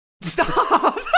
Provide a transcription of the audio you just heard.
Stop